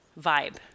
vibe